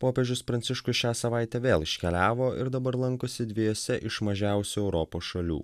popiežius pranciškus šią savaitę vėl iškeliavo ir dabar lankosi dviejose iš mažiausių europos šalių